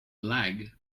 lag